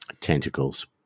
tentacles